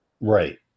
Right